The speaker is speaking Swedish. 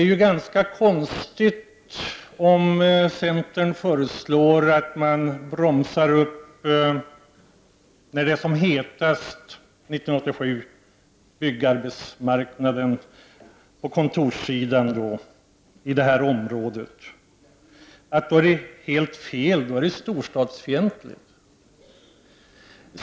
När centern år 1987, då det är som hetast på arbetsmarknaden, föreslår en uppbromsning i byggandet av kontorshus i detta storstadsområde, är det tydligen helt fel och storstadsfientligt.